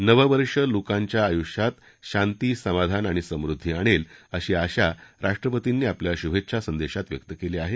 नवं वर्ष लोकांच्या आयुष्यात शांती समाधान आणि समृद्वी आणेल अशी आशा राष्ट्रपतींनी आपल्या शुभेच्छा संदेशात व्यक्त केली आहे